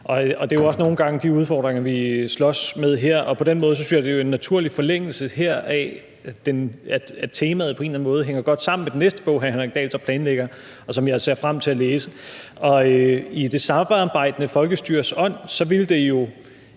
ud. Det er jo også nogle gange de udfordringer, vi slås med her. På den måde synes jeg, at temaet på en eller anden måde hænger godt sammen med den næste bog, hr. Henrik Dahl planlægger at skrive, og som jeg ser frem til at læse. I det samarbejdende folkestyres ånd ville det jo